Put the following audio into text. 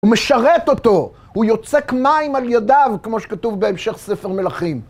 הוא משרת אותו, הוא יוצק מים על ידיו, כמו שכתוב בהמשך ספר מלכים.